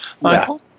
Michael